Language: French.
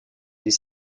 les